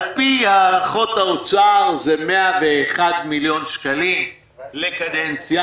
על פי הערכות האוצר זה 101 מיליון שקלים לקדנציה,